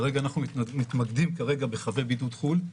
אנחנו מתמקדים כרגע בחבי בידוד חו"ל.